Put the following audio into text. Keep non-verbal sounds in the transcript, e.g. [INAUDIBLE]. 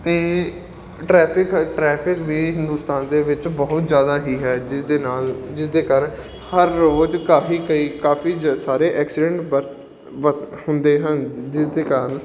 ਅਤੇ traffic traffic ਵੀ ਹਿੰਦੁਸਤਾਨ ਦੇ ਵਿੱਚ ਬਹੁਤ ਜ਼ਿਆਦਾ ਹੀ ਹੈ ਜਿਸਦੇ ਨਾਲ ਜਿਸਦੇ ਕਾਰਨ ਹਰ ਰੋਜ਼ ਕਾਫੀ ਕਈ ਕਾਫੀ ਜ ਸਾਰੇ ਐਕਸੀਡੈਂਟ [UNINTELLIGIBLE] ਹੁੰਦੇ ਹਨ ਜਿਸਦੇ ਕਾਰਨ